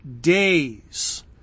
days